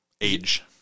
age